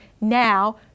now